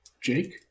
Jake